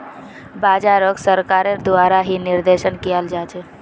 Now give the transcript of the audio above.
बाजारोक सरकारेर द्वारा ही निर्देशन कियाल जा छे